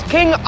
King